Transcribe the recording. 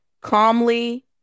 calmly